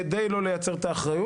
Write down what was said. כדי לא לייצר את האחריות.